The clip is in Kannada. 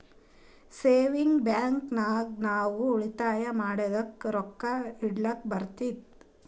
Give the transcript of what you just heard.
ಸೇವಿಂಗ್ಸ್ ಬ್ಯಾಂಕ್ ನಾಗ್ ನಾವ್ ಉಳಿತಾಯ ಮಾಡಿದು ರೊಕ್ಕಾ ಇಡ್ಲಕ್ ಬರ್ತುದ್